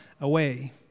away